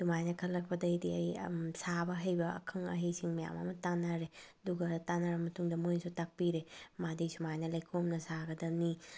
ꯑꯗꯨꯃꯥꯏꯅ ꯈꯜꯂꯛꯄꯗꯩꯗꯤ ꯑꯩ ꯁꯥꯕ ꯍꯩꯕ ꯑꯈꯪ ꯑꯍꯩꯁꯤꯡ ꯃꯌꯥꯝ ꯑꯃ ꯇꯥꯟꯅꯔꯦ ꯑꯗꯨꯒ ꯇꯥꯟꯅꯔ ꯃꯇꯨꯡꯗ ꯃꯣꯏꯁꯨ ꯇꯥꯛꯄꯤꯔꯦ ꯃꯥꯗꯤ ꯁꯨꯃꯥꯏꯅ ꯂꯩꯈꯣꯝꯅ ꯁꯥꯒꯗꯕꯅꯤ